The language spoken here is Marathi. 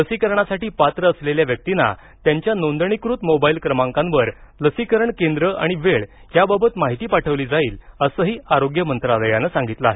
लसीकरणासाठी पात्र असलेल्या असलेल्या व्यक्तींना त्यांच्या नोंदणीकृत मोबाईल क्रमांकावर लसीकरण केंद्र आणि वेळ याबाबत माहिती पाठवली जाईल असंही आरोग्य मंत्रालयानं सांगितलं आहे